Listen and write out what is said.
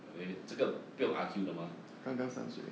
okay 这个不用 argue 的吗